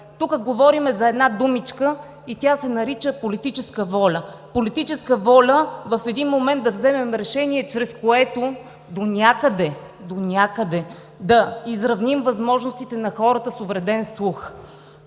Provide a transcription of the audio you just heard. Тук говорим за една думичка и тя се нарича „политическа воля“ – политическа воля в един момент да вземем решение, чрез което донякъде да изравним възможностите на хората с увреден слух.